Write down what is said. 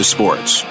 Sports